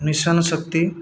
mission Shakti